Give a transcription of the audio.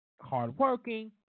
hardworking